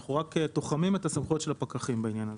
אנחנו רק תוחמים את הסמכויות של הפקחים בעניין הזה.